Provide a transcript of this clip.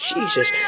Jesus